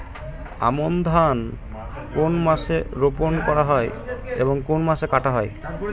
আমন ধান কোন মাসে রোপণ করা হয় এবং কোন মাসে কাটা হয়?